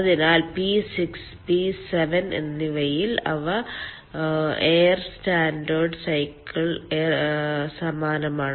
അതിനാൽ P6 P7 എന്നിവയിൽ അവ എയർ സ്റ്റാൻഡേർഡ് സൈക്കിളിൽ സമാനമാണ്